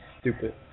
stupid